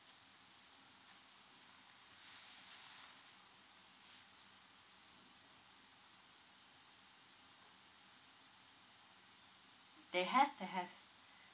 they have they have